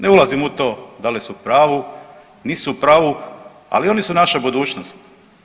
Ne ulazim u to da li su u pravu, nisu u pravu, ali oni su naša budućnost.